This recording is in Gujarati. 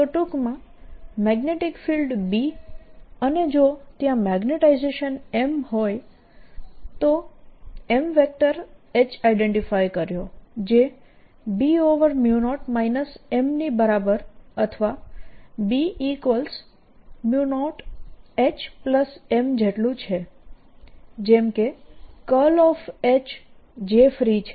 તો ટૂંકમાં મેગ્નેટીક ફિલ્ડ B અને જો ત્યાં મેગ્નેટાઇઝેશન M હોય તો M વેક્ટર H આઈડેન્ટિફાય કર્યો જે B0 M ની બરાબર અથવા B0HM જેટલું છે જેમ કે Hjfree છે